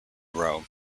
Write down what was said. rome